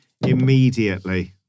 immediately